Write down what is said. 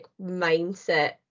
mindset